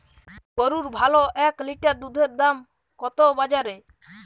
গরুর ভালো এক লিটার দুধের দাম কত বাজারে?